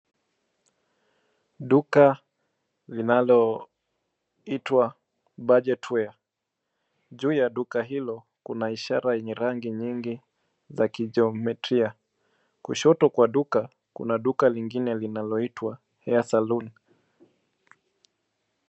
Duka linaloitwa Budget Wear. Juu ya duka hilo kuna ishara yenye rangi nyingi za kijometria. Kushoto kwa duka, kuna duka lingine linaloitwa Hair Salon.